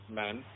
men